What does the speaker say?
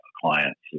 clients